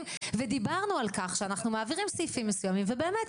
ודיברנו על שאנחנו מעבירים סעיפים מסוימים ובאמת,